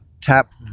tap